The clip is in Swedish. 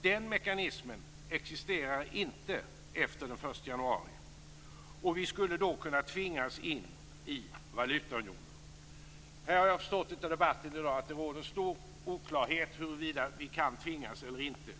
Den mekanismen existerar inte efter den 1 januari, och vi skulle då kunna tvingas in i valutaunionen. Jag har förstått av debatten i dag att det råder stor oklarhet om huruvida vi kan tvingas eller inte.